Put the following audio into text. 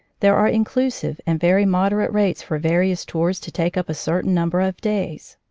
there are inclusive and very moderate rates for various tours to take up a certain number of days.